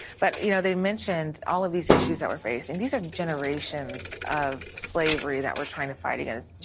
but you know they mentioned all of these issues that we are raising. these are generations of slavery that we are trying to fight against.